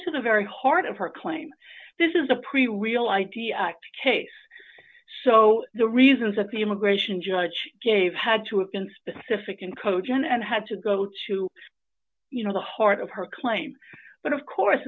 to the very heart of her claim this is a pre real i d act case so the reasons that the immigration judge gave had to have been specific and cogent and had to go to you know the heart of her claim but of course